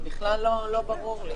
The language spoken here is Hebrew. זה בכלל לא ברור לי.